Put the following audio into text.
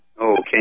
Okay